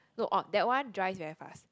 no or that one dry very fast